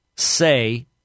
say